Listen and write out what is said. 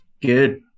Good